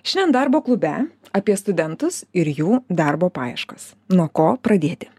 šiandien darbo klube apie studentus ir jų darbo paieškas nuo ko pradėti